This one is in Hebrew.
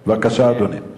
בבקשה, אדוני.